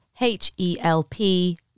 H-E-L-P